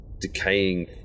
decaying